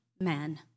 man